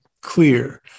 clear